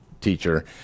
teacher